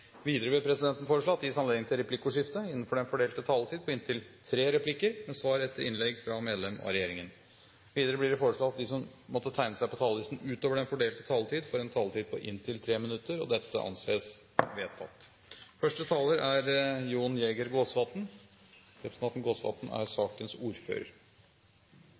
Videre vil presidenten foreslå at det gis anledning til replikkordskifte på inntil fem replikker med svar etter innlegg fra medlem av regjeringen innenfor den fordelte taletid. Videre blir det foreslått at de som måtte tegne seg på talerlisten utover den fordelte taletid, får en taletid på inntil 3 minutter. – Det anses vedtatt. Først vil jeg som sakens ordfører